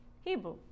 Hebrew